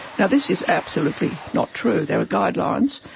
now, this is absolutely not true. there are guidelines,